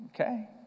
okay